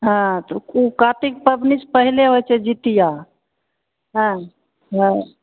हँ तऽ ओ कार्तिक पबनी से पहिने होइत छै जीतिआ हँ हँ